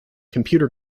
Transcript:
computer